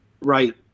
right